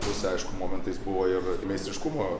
pusę aišku momentais buvo ir meistriškumo